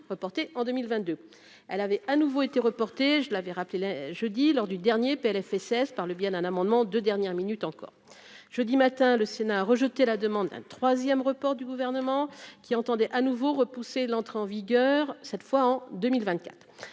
reporté en 2022 elle avait à nouveau été reporté, je l'avais rappelé le jeudi lors du dernier PLFSS par le biais d'un amendement de dernière minute encore jeudi matin, le Sénat a rejeté la demande un 3ème report du gouvernement qui entendait à nouveau repoussé l'entrée en vigueur, cette fois en 2024